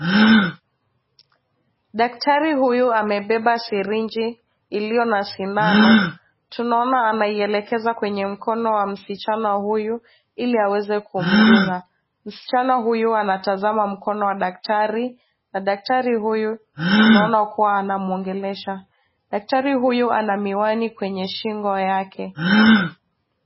Daktari huyu amebeba syrange iliyo na sindano tunaona anailekeza kwa mkono wa msichana huyu iliaweze kumdunga msichana huyu anautazama mkono wa daktari na daktari huyu tunaona kuwa anamuongelesha daktari huyu anamiwani kwenye shingo yake .